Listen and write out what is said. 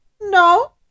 No